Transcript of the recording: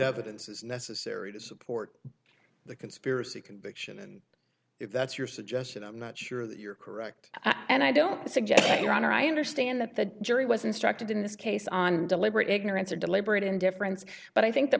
evidence is necessary to support the conspiracy conviction and if that's your suggestion i'm not sure that you're correct and i don't suggest your honor i understand that the jury was instructed in this case on deliberate ignorance or deliberate indifference but i think the